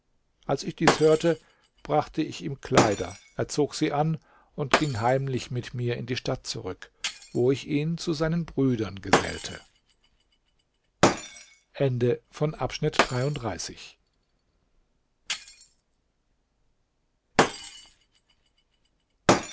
als ich dies hörte brachte ich ihm kleider er zog sie an und ging heimlich mit mir in die stadt zurück wo ich ihn zu seinen brüdern gesellte